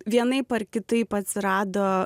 vienaip ar kitaip atsirado